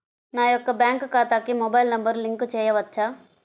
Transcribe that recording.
నా యొక్క బ్యాంక్ ఖాతాకి మొబైల్ నంబర్ లింక్ చేయవచ్చా?